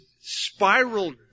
spiraled